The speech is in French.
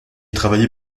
travaillé